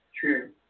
True